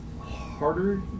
harder